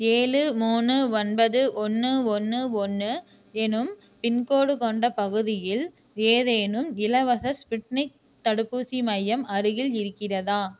ஏழு மூணு ஒன்பது ஒன்று ஒன்று ஒன்று என்னும் பின்கோடு கொண்ட பகுதியில் ஏதேனும் இலவச ஸ்புட்னிக் தடுப்பூசி மையம் அருகில் இருக்கிறதா